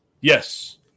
Yes